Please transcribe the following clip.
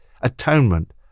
Atonement